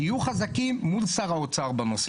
תהיו חזקים מול שר האוצר בנושא.